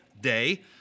day